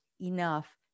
enough